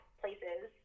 places